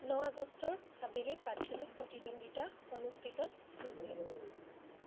ন আগষ্টৰ আবেলি প্ৰাথমিক প্ৰতিদ্বন্দিতা অনুষ্ঠিত হৈছিল